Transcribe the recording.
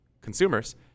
consumers